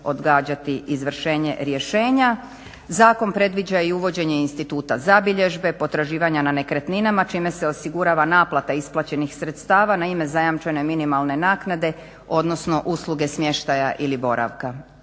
odgađati izvršenje rješenja. Zakon predviđa i uvođenje instituta zabilježbe, potraživanja na nekretninama čime se osigurava naplata isplaćenih sredstava na ime zajamčene minimalne naknade odnosno usluge smještaja ili boravka.